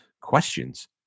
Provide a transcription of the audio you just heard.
Questions